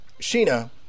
Sheena